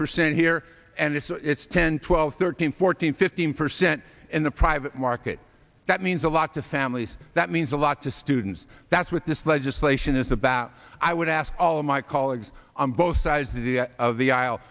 percent here and if it's ten twelve thirteen fourteen fifteen percent in the private market that means a lot to families that means a lot to students that's what this legislation is about i would ask all of my colleagues on both sides of the aisle